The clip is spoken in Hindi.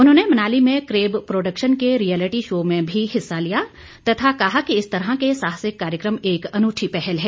उन्होंने मनाली में क्रेब प्रोडक्शन के रियलिटी शो में भी हिस्सा लिया तथा कहा कि इस तरह के साहसिक कार्यक्रम एक अनुठी पहल है